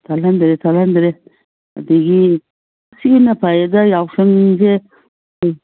ꯊꯠꯍꯟꯗ꯭ꯔꯦ ꯊꯠꯍꯟꯗ꯭ꯔꯦ ꯑꯗꯒꯤ ꯁꯤꯅ ꯐꯔꯦꯗ ꯌꯥꯎꯁꯪꯁꯦ